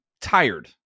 tired